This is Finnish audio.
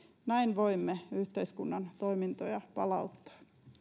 näin voimme yhteiskunnan toimintoja palauttaa arvoisa